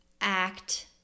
act